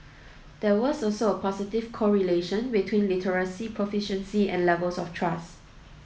there was also a positive correlation between literacy proficiency and levels of trust